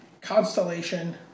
constellation